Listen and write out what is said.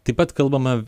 taip pat kalbama